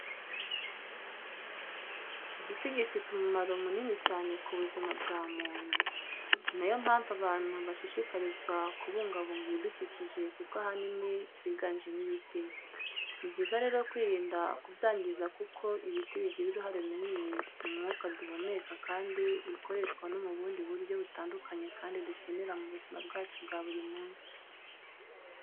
Igiti gifite umumaro munini cyane ku buzima bwa muntu ni nayo mpamvu abantu bashishikarizwa kubungabunga ibidukikije kuko ahanini byiganjemo ibiti. Ni byiza rero kwirinda kubyangiza kuko ibiti bigira uruhare runini mu mwuka duhumeka kandi bikoreshwa no mu bundi buryo butandukanye kandi dukenerw mu buzima bwacu bwa buri munsi.